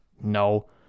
no